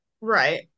right